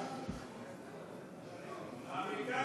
האמריקנים,